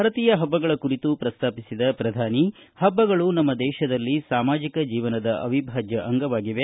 ಭಾರತೀಯ ಪಬ್ಬಗಳ ಕುರಿತು ಪ್ರಸ್ತಾಪಿಸಿದ ಪ್ರಧಾನಿ ಪಬ್ಬಗಳು ನಮ್ಮ ದೇಶದಲ್ಲಿ ಸಾಮಾಜಿಕ ಜೀವನದ ಅವಿಭಾಜ್ಯ ಅಂಗವಾಗಿವೆ